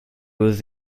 was